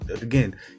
again